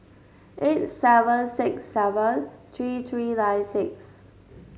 eight seven six seven three three nine six